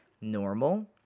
normal